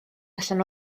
allan